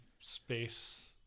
space